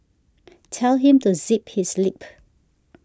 tell him to zip his lip